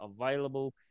available